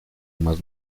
más